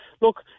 Look